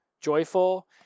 Joyful